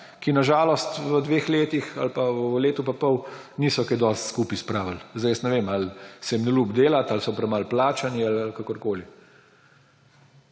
ki na žalost v dveh letih ali pa v letu in pol niso kaj dosti skupaj spravili. Zdaj jaz ne vem, ali se jim ne ljubi delat ali so premalo plačani, kakorkoli.